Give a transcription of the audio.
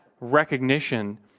recognition